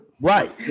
Right